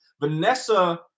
Vanessa